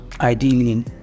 Ideally